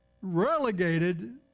relegated